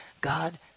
God